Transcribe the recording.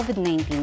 COVID-19